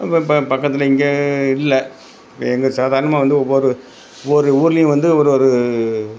ப ப பக்கத்தில் இங்கே இல்லை எங்கள் சாதாரமாக வந்து ஒவ்வொரு ஒவ்வொரு ஊருலேயும் வந்து ஒரு ஒரு